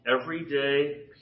everyday